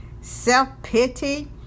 self-pity